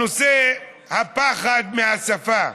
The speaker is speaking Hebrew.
הנושא, הפחד מהשפה.